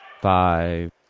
Five